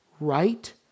right